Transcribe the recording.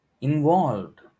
involved